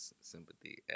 sympathy